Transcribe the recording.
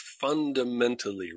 fundamentally